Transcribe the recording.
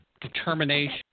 determination